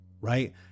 Right